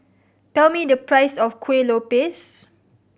tell me the price of Kuih Lopes